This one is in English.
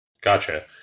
Gotcha